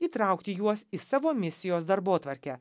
įtraukti juos į savo misijos darbotvarkę